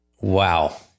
Wow